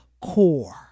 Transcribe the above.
core